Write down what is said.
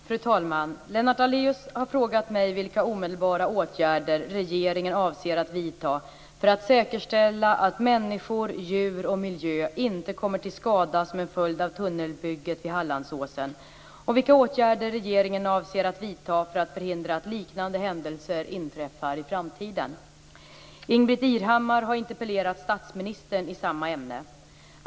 Fru talman! Lennart Daléus har frågat mig vilka omedelbara åtgärder regeringen avser att vidta för att säkerställa att människor, djur och miljö inte kommer till skada som en följd av tunnelbygget vid Hallandsåsen och vilka åtgärder regeringen avser att vidta för att förhindra att liknande händelser inträffar i framtiden. Ingbritt Irhammar har interpellerat statsministern i samma ämne.